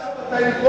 היא ידעה מתי לברוח,